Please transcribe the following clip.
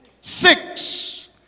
Six